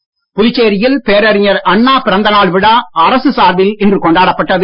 அண்ணா புதுச்சேரியில் பேரறிஞர் அண்ணா பிறந்த நாள் விழா அரசு சார்பில் இன்று கொண்டாடப்பட்டது